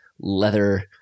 leather